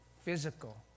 physical